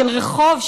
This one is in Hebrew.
של רחוב,